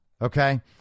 okay